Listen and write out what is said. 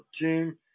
team